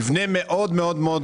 מבנה מאוד גדול.